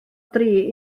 dri